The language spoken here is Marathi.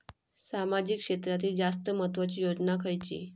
सामाजिक क्षेत्रांतील जास्त महत्त्वाची योजना खयची?